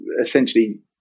essentially